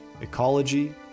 ecology